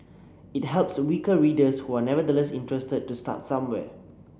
it helps weaker readers who are nevertheless interested to start somewhere